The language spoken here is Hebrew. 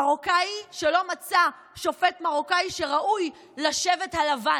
מרוקאי שלא מצא שופט מרוקאי שראוי לשבט הלבן,